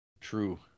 true